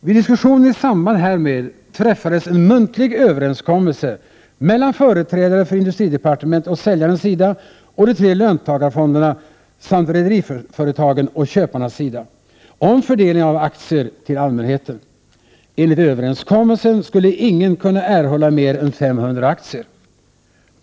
Vid diskussionen i samband härmed träffades en muntlig överenskommelse mellan företrädare för industridepartementet å säljarens sida och de tre löntagarfonderna samt rederiföretagen å köparnas sida om fördelningen av aktier till allmänheten. Enligt överenskommelsen skulle ingen kunna erhålla mer än 500 aktier.